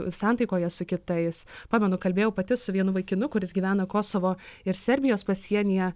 santaikoje su kitais pamenu kalbėjau pati su vienu vaikinu kuris gyvena kosovo ir serbijos pasienyje